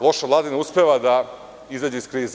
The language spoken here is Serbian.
Loša Vlada ne uspeva da izađe iz krize.